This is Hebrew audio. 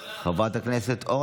חברת הכנסת אימאן ח'טיב יאסין,